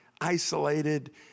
isolated